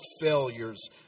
failures